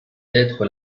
d’être